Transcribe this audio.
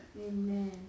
Amen